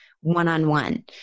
one-on-one